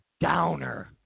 downer